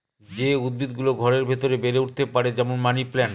যে উদ্ভিদ গুলো ঘরের ভেতরে বেড়ে উঠতে পারে, যেমন মানি প্লান্ট